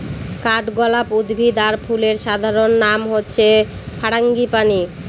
কাঠগলাপ উদ্ভিদ আর ফুলের সাধারণ নাম হচ্ছে ফারাঙ্গিপানি